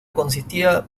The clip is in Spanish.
consistía